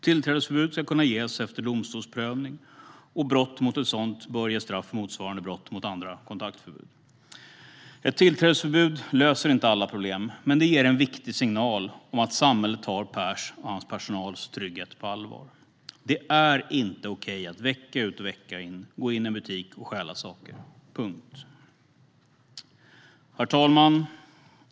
Tillträdesförbud ska kunna ges efter domstolsprövning, och brott mot ett sådant bör ge straff motsvarande brott mot andra kontaktförbud. Ett tillträdesförbud löser inte alla problem, men det ger en viktig signal om att samhället tar Pers och hans personals trygghet på allvar. Det är inte okej att vecka ut och vecka in gå in i en butik och stjäla saker. Punkt! Herr talman!